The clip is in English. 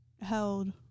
held